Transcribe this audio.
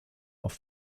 auf